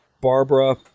Barbara